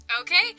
Okay